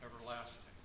everlasting